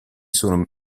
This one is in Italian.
sono